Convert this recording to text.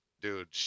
dude